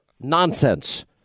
nonsense